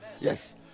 Yes